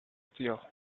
steel